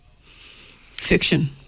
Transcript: fiction